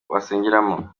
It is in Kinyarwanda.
basengeramo